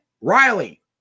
Riley